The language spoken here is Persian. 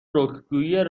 رکگویی